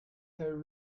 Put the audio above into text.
her